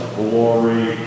glory